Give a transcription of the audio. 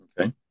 Okay